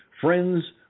friends